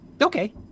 Okay